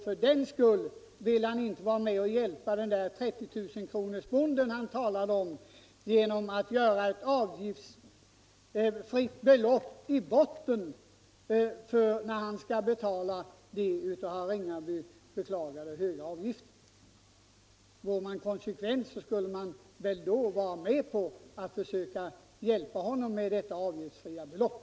För den skull vill han sedan inte vara med om att hjälpa den där 30 000-kronorsbonden som han talade om genom att lägga ett avgiftsfritt belopp i botten när bonden i fråga skall betala den av herr Ringaby beklagade höjda avgiften. Vore man konsekvent, skulle man väl försöka hjälpa honom med detta avgiftsfria belopp.